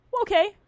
Okay